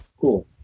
Cool